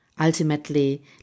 ultimately